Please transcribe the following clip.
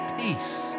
peace